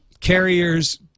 carriers